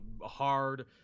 hard